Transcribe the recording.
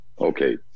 Okay